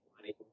money